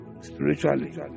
spiritually